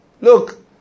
Look